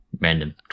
random